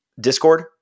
discord